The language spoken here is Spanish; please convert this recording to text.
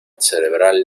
cerebral